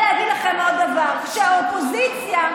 פעם שלישית,